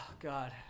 god